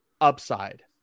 upside